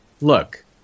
look